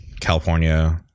California